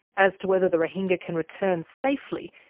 as to whether the rohingya can return safely,